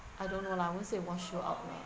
I don't know lah won't say it won't show out lah